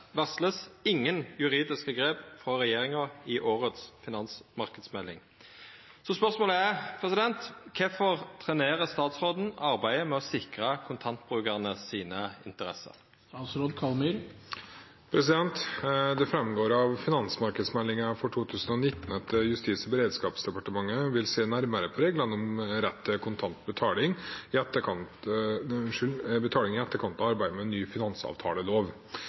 varsles ingen juridiske grep fra regjeringen i årets finansmarkedsmelding. Hvorfor trenerer statsråden arbeidet med å sikre kontantbrukernes interesser?» Det framgår av finansmarkedsmeldingen for 2019 at Justis- og beredskapsdepartementet vil se nærmere på reglene om rett til kontantbetaling i etterkant av arbeidet med ny finansavtalelov. Regjeringen har altså varslet at den vil se på dette regelverket. Det dreier seg med andre ord ikke om en